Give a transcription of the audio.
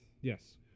Yes